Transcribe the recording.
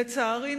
לצערי,